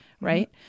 Right